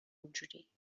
اونجوری